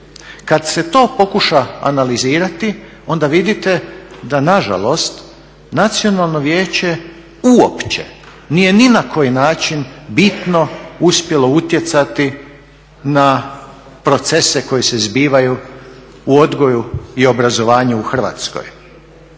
Kad se to pokuša analizirati onda vidite da nažalost nacionalno vijeće uopće nije ni na koji način bitno uspjelo utjecati na procese koji se zbivaju u odgoju i obrazovanju u Hrvatskoj.